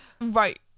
Right